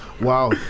wow